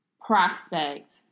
prospect